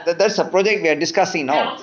that that's the project we are discussing now